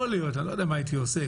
יכול להיות אני לא יודע מה הייתי עושה,